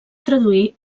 traduir